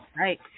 Right